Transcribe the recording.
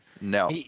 No